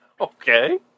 Okay